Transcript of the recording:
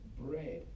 bread